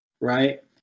Right